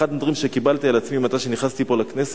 אחד מהדברים שקיבלתי על עצמי כשנכנסתי לכנסת,